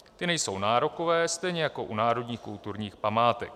Ty nejsou nárokové, stejně jako u národních kulturních památek.